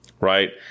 Right